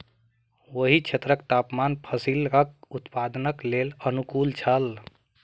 ओहि क्षेत्रक तापमान फसीलक उत्पादनक लेल अनुकूल छल